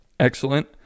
excellent